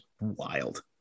wild